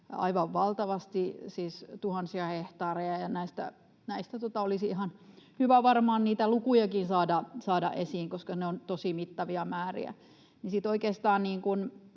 aivan valtavasti, siis tuhansia hehtaareja, ja näistä olisi ihan hyvä varmaan niitä lukujakin saada esiin, koska ne ovat tosi mittavia määriä.